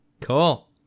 Cool